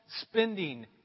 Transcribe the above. spending